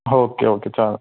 okay okay चालेल